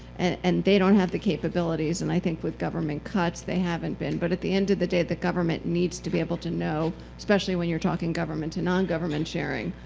and they don't have the capabilities, and i think, with government cuts, they haven't been. but at the end of the day, the government needs to be able to know, especially when you're talking government to nongovernment sharing,